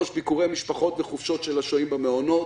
3) ביקורי משפחות וחופשות של השוהים במעונות.